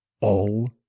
All